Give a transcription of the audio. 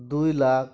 ᱫᱩᱭ ᱞᱟᱠᱷ